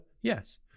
Yes